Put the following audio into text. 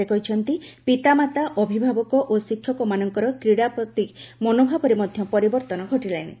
ସେ କହିଛନ୍ତି ପିତାମାତା ଅଭିଭାବକ ଓ ଶିକ୍ଷକମାନଙ୍କର କ୍ରୀଡ଼ା ପ୍ରତି ମନୋଭାବରେ ମଧ୍ୟ ପରିବର୍ତ୍ତନ ଘଟିଲାଣି